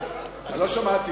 לא שמעתי.